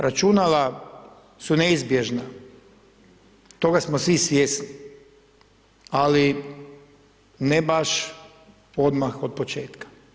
Računala su neizbježna, toga smo svi svjesni ali ne baš odmah od početka.